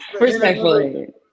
Respectfully